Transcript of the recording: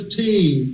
team